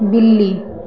बिल्ली